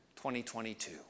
2022